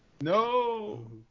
No